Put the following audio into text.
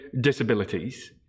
disabilities